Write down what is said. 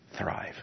thrive